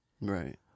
Right